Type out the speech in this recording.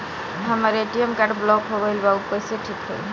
हमर ATM card block हो गईल बा ऊ कईसे ठिक होई?